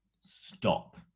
stop